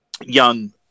young